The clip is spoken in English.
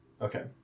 Okay